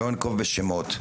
ולא אנקוב בשמות,